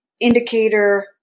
indicator